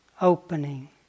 opening